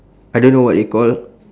I don't know what you call